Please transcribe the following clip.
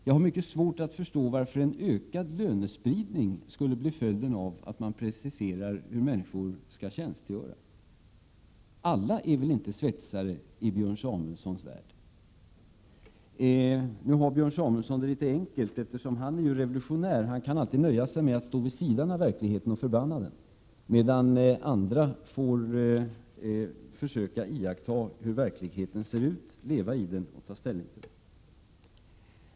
Jag har mycket svårt att förstå varför en ökad lönespridning skulle bli följden av att man preciserar hur människor skall tjänstgöra. Alla är väl inte svetsare i Björn Samuelsons värld. Nu har Björn Samuelson det litet enkelt, eftersom han är revolutionär. Han kan alltid nöja sig med att stå vid sidan av verkligheten och förbanna den, medan andra får försöka iaktta hur verkligheten ser ut, leva i den och ta ställning till den.